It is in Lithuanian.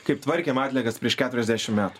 kaip tvarkėm atliekas prieš keturiasdešim metų